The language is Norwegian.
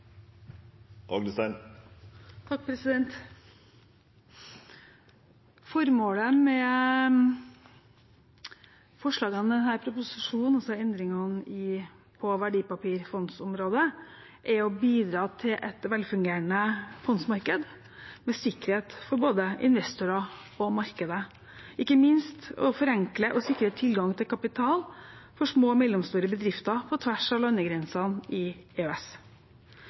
å bidra til et velfungerende fondsmarked med sikkerhet for både investorer og markedet, og ikke minst å forenkle og sikre tilgangen til kapital for små og mellomstore bedrifter på tvers av landegrensene i EØS.